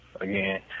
again